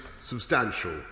substantial